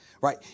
Right